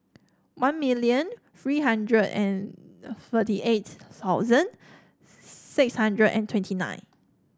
one million three hundred and thirty eight thousand six hundred and twenty nine